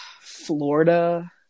Florida